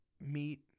meet